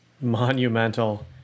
monumental